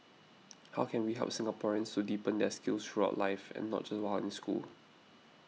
how can we help Singaporeans to deepen their skills throughout life and not just while in school